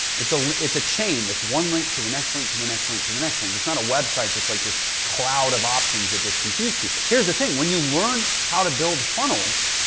it's a, it's a chain that's one link to the next link to the next link to the next thing. it's not a website that's like this cloud of options that just confuse people. here's the thing, when you learn how to build funnels,